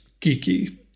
geeky